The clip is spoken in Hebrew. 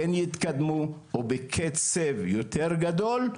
כן יתקדמו ובקצב יותר גדול,